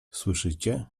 słyszycie